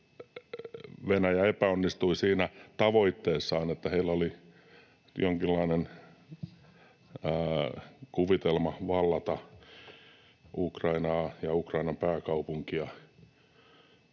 Venäjä epäonnistui siinä tavoitteessaan, että heillä oli jonkinlainen kuvitelma vallata Ukrainaa ja Ukrainan pääkaupunki